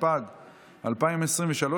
התשפ"ג 2023,